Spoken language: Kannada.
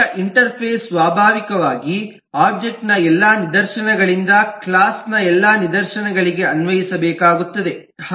ಈಗ ಇಂಟರ್ಫೇಸ್ ಸ್ವಾಭಾವಿಕವಾಗಿ ಒಬ್ಜೆಕ್ಟ್ ನ ಎಲ್ಲಾ ನಿದರ್ಶನಗಳಿಗೆ ಕ್ಲಾಸ್ ನ ಎಲ್ಲಾ ನಿದರ್ಶನಗಳಿಗೆ ಅನ್ವಯಿಸಬೇಕಾಗುತ್ತದೆ